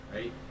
Right